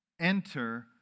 enter